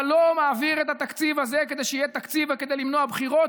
אתה לא מעביר את התקציב הזה כדי שיהיה תקציב וכדי למנוע בחירות,